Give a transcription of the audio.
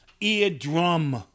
eardrum